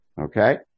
Okay